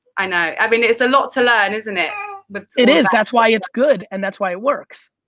i know, i mean, it's a lot to learn, isn't it? but it is, that's why it's good. and that's why it works.